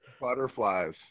Butterflies